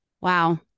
Wow